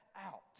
out